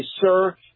Sir